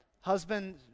Husband